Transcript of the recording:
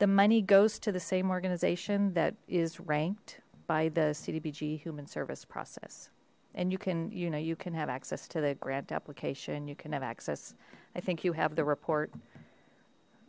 the money goes to the same organization that is ranked by the cdbg human service process and you can you know you can have access to the grant application you can have access i think you have the report